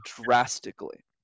drastically